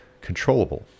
controllable